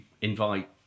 invite